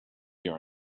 your